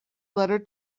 letter